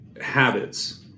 habits